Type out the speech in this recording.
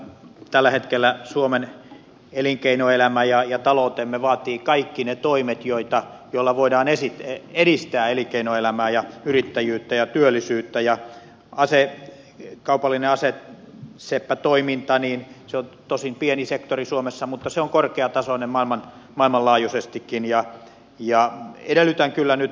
tällä hetkellä suomen elinkeinoelämä ja taloutemme vaatii kaikki ne toimet joilla voidaan edistää elinkeinoelämää ja yrittäjyyttä ja työllisyyttä ja kaupallinen aseseppätoiminta se on tosin pieni sektori suomessa mutta se on korkeatasoinen maailmanlaajuisestikin ja ja edellytän kyllä nyt